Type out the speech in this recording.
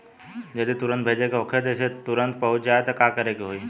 जदि तुरन्त भेजे के होखे जैसे तुरंत पहुँच जाए त का करे के होई?